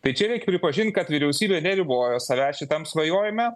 tai čia reik pripažint kad vyriausybė neribojo savęs šitam svajojime